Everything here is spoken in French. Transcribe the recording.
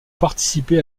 participer